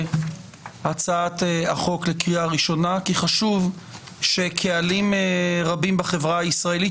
הצעת החוק לקריאה ראשונה כי חשוב שקהלים רבים בחברה הישראלית